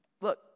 Look